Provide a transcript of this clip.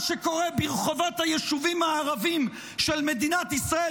מה שקורה ברחובות היישובים הערביים של מדינת ישראל,